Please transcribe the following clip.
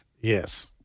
Yes